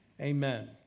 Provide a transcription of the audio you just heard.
Amen